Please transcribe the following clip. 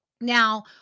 Now